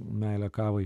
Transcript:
meilę kavai